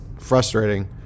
frustrating